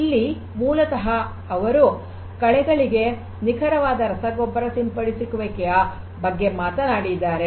ಇಲ್ಲಿ ಮೂಲತಃ ಅವರು ಕಳೆಗಳಿಗೆ ನಿಖರವಾದ ರಸಗೊಬ್ಬರ ಸಿಂಪಡಿಸುವಿಕೆಯ ಬಗ್ಗೆ ಮಾತನಾಡಿದ್ದಾರೆ